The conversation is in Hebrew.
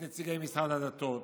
את נציגי משרד הדתות,